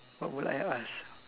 what will I ask